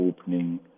opening